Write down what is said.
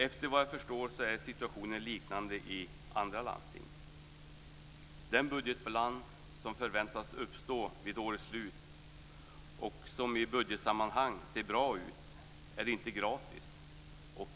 Såvitt jag förstår är situationen liknande i andra landsting. Den budgetbalans som förväntas uppstå vid årets slut och som i budgetsammanhang ser bra ut är inte gratis.